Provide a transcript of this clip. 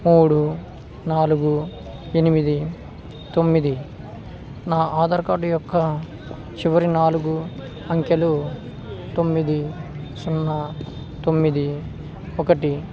మూడు నాలుగు ఎనిమిది తొమ్మిది నా ఆధార్ కార్డు యొక్క చివరి నాలుగు అంకెలు తొమ్మిది సున్నా తొమ్మిది ఒకటి